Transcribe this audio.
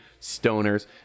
stoners